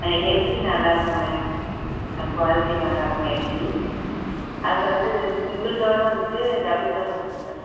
LG நல்லா இருக்கும் ma'am ந குவாலிட்டி நல்லா இருக்கும் எல்ஜி அதில் வந்து சிங்கிள் டோரும் இருக்கு டபுள் டோரும் இருக்கு மேம்